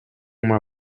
uma